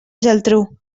geltrú